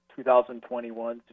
2021